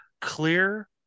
clear